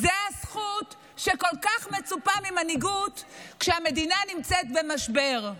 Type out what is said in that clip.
זו הזכות שכל כך מצופה ממנהיגות כשהמדינה נמצאת במשבר.